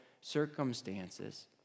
circumstances